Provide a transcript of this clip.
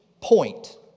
point